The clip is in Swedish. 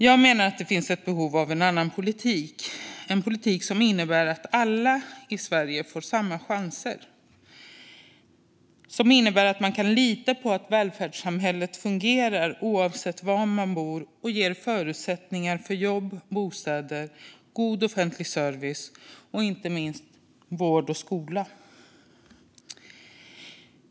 Jag menar att det finns ett behov av en annan politik, en politik som innebär att alla i Sverige får samma chanser och som innebär att man kan lita på att välfärdssamhället fungerar oavsett var man bor och ger förutsättningar för jobb, bostäder, god offentlig service och inte minst vård och skola.